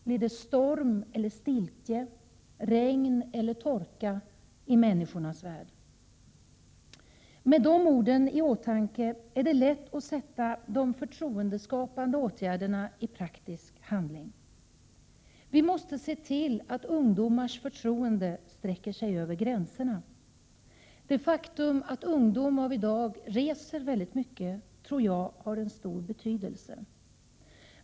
Blir det storm eller stiltje, regn eller torka i människornas värld?” Med de orden i åtanke är det lätt att omsätta de förtroendeskapande åtgärderna i praktisk handling. Vi måste se till att ungdomars förtroende sträcker sig över gränserna. Det faktum att ungdom av i dag reser väldigt mycket tror jag har en stor betydelse.